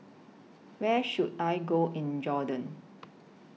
Where should I Go in Jordan